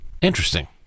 Interesting